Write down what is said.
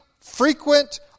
frequent